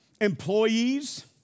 employees